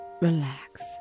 relax